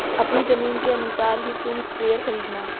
अपनी जमीन के अनुसार ही तुम स्प्रेयर खरीदना